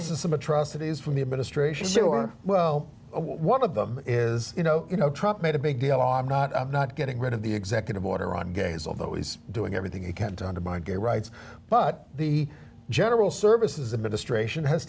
of atrocities from the administration sure well one of them is you know you know trump made a big deal i'm not i'm not getting rid of the executive order on gays although he's doing everything he can to undermine gay rights but the general services administration has